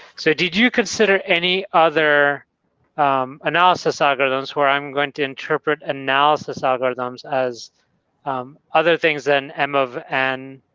so did you consider any other um analysis algorithms where i'm going to interpret analysis algorithms as um other things than m of n